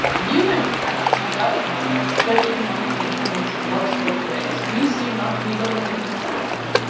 you, in fact, point out, carla, that economic independence works both ways. you seem not to be willing to consider that.